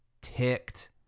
ticked